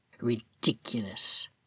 Ridiculous